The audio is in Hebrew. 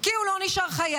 כי הוא לא נשאר חייב,